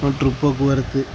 மற்றும் போக்குவரத்து